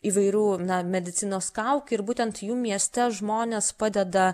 įvairių na medicinos kaukių ir būtent jų mieste žmonės padeda